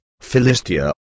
Philistia